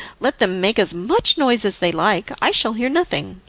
let them make as much noise as they like, i shall hear nothing.